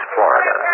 Florida